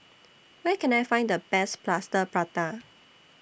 Where Can I Find The Best Plaster Prata